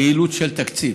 כאילוץ של תקציב.